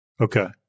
Okay